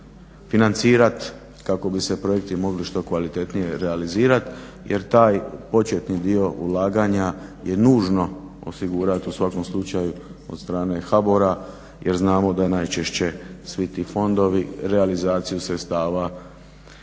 financirati kako bi se projekti mogli što kvalitetnije realizirati jer taj početni dio ulaganja je nužno osigurati u svakom slučaju od strane HBOR-a jer znamo da najčešće svi ti fondovi realizaciju sredstava